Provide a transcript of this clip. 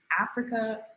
Africa